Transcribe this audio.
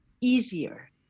easier